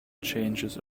changes